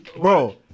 Bro